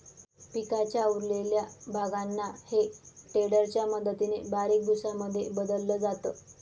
पिकाच्या उरलेल्या भागांना हे टेडर च्या मदतीने बारीक भुसा मध्ये बदलल जात